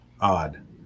odd